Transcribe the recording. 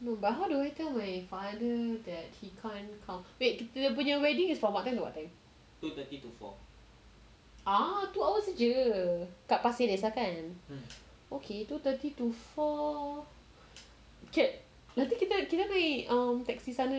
no but how do I tell my father that he can't come wait kita punya wedding is for what time to what time ah two hours jer kat pasir ris lah kan okay two thirty to four can nanti kita kita naik teksi sana